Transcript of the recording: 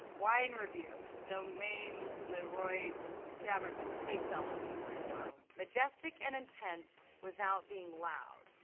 wine review domaine leroy chamer they spelled all these wines wrong. majestic and intense without being loud.